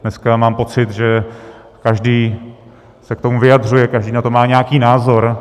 Dneska mám pocit, že každý se k tomu vyjadřuje, každý na to má nějaký názor.